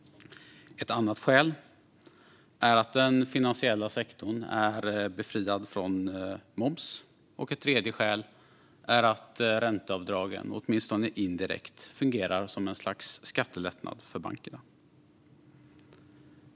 Ett annat skäl är att den finansiella sektorn är befriad från moms. Och ett tredje skäl är att ränteavdragen åtminstone indirekt fungerar som ett slags skattelättnad för bankerna.